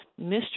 Mr